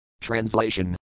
Translation